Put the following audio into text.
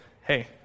hey